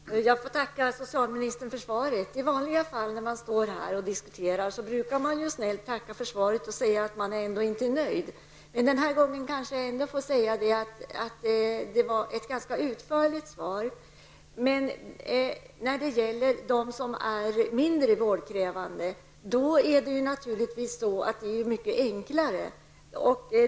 Herr talman! Jag får tacka socialministern för svaret. I vanliga fall när man står här och diskuterar, brukar man snällt tacka för svaret men säga att man ändå inte är nöjd. Den här gången måste jag säga att det var ett ganska utförligt svar. Det är naturligtvis mycket enklare att utöva tillsyn när det gäller dem som är mindre vårdkrävande.